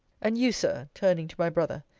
and you, sir, turning to my brother,